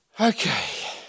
Okay